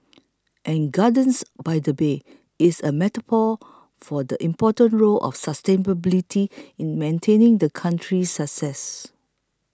and Gardens by the Bay is a metaphor for the important role of sustainability in maintaining the country's success